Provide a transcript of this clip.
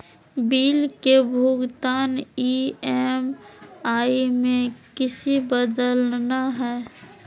Bill के भुगतान EMI में किसी बदलना है?